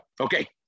okay